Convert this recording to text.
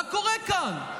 מה קורה כאן?